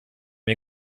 wir